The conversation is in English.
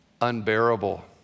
unbearable